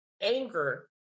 anger